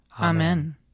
Amen